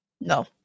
No